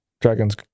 Dragon's